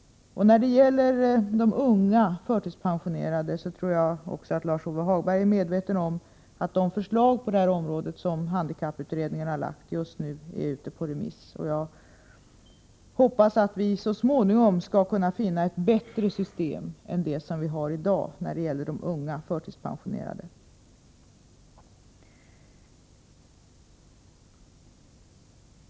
När det gäller de unga förtidspensionerade är Lars-Ove Hagberg säkert medveten om att de förslag som handikapputredningen har lagt fram just nu är ute på remiss. Jag hoppas att vi så småningom skall kunna finna ett bättre system än det vi har i dag för de unga förtidspensionerade.